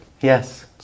Yes